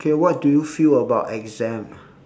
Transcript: okay what do you feel about exam